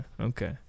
okay